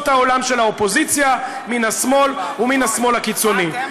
העולם של האופוזיציה מן השמאל ומן השמאל הקיצוני.